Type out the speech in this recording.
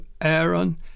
Aaron